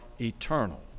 eternal